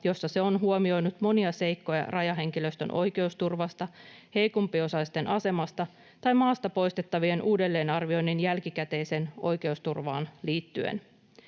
jossa se on huomioinut monia seikkoja rajahenkilöstön oikeusturvasta, heikompiosaisten asemasta tai maastapoistettavien uudelleenarvioinnin jälkikäteiseen oikeusturvaan liittyen.